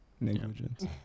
Negligence